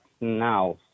now